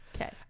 Okay